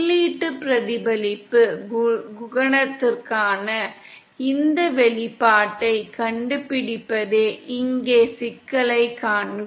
உள்ளீட்டு பிரதிபலிப்பு குணகத்திற்கான இந்த வெளிப்பாட்டைக் கண்டுபிடிப்பதே இங்கே சிக்கலைக் காண்க